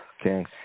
Okay